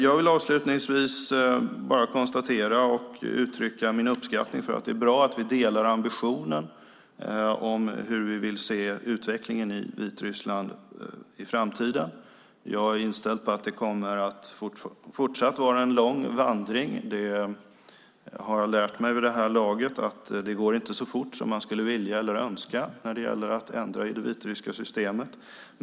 Jag vill till slut bara uttrycka min uppskattning och konstatera att det är bra att vi delar ambitionen när det gäller hur vi vill se utvecklingen i Vitryssland i framtiden. Jag är inställd på att det även fortsättningsvis kommer att vara en lång vandring. Det har jag lärt mig vid det här laget. Det går inte så fort som man skulle vilja eller önska när det gäller att ändra i det vitryska systemet.